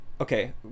Okay